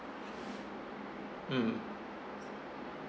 mm